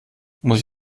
muss